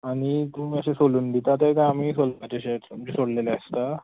आनी तुमी अशे सोलून दिता ते काय आमी सोलपाचे अशेच म्हणजे सोल्लेले आसता